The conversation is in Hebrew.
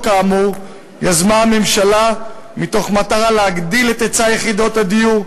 האמורה יזמה הממשלה במטרה להגדיל את היצע יחידות הדיור,